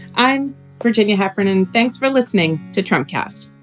i'm virginia heffernan. thanks for listening to trump cast